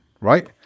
right